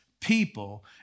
people